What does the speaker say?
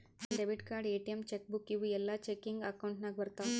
debit card, ATM, cheque book ಇವೂ ಎಲ್ಲಾ checking account ನಾಗ್ ಬರ್ತಾವ್